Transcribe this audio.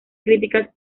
críticas